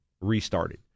restarted